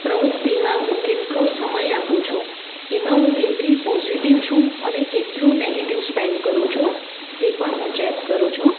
પ્રવૃત્તિમાં હું કેટલો સમય આપું છું એમાં હું કેટલી પોઝિટિવ છું અને કેટલું નેગેટિવ સ્પેન્ડ કરું છું તે પણ હું ચેક કરું છું